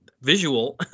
visual